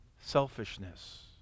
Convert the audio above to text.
selfishness